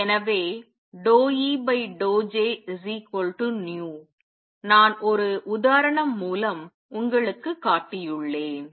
எனவே ∂E∂Jν நான் ஒரு உதாரணம் மூலம் உங்களுக்குக்காட்டியுள்ளேன்